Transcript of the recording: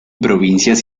provincias